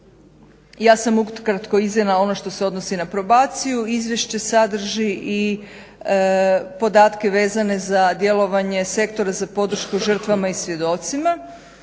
Ja sam ukratko iznijela ono što se odnosi na probaciju. Izvješće sadrži i podatke vezane za djelovanje Sektora za podršku žrtvama i svjedocima